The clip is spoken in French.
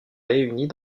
réunies